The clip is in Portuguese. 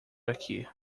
aqui